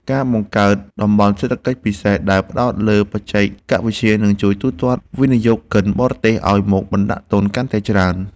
ការបង្កើតតំបន់សេដ្ឋកិច្ចពិសេសដែលផ្តោតលើបច្ចេកវិទ្យានឹងជួយទាក់ទាញវិនិយោគិនបរទេសឱ្យមកបណ្តាក់ទុនកាន់តែច្រើន។